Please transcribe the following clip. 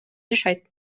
жашайт